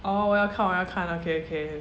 oh 我要看我要看 okay okay